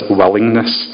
willingness